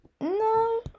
No